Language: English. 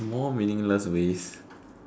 more meaningless ways